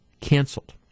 canceled